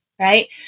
right